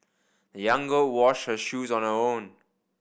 the young girl washed her shoes on her own